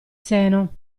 seno